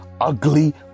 ugly